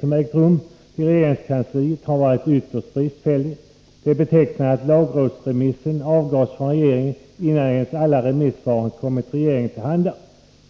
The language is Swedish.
som ägt rum i regeringskansliet har varit ytterst bristfällig. Det är betecknande att lagrådsremissen avgavs från regeringen, innan ens alla remissvar kommit regeringen till handa.